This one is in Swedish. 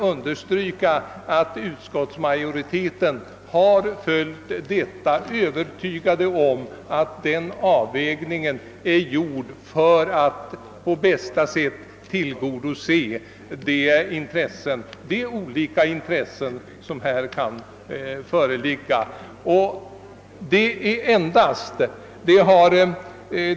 Utskottsmajoriteten har varit övertygad om att denna avvägning har gjorts för att på bästa sätt tillgodose de olika intressen som här kan föreligga.